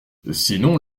sinon